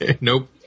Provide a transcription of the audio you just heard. Nope